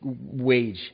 wage